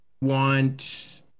want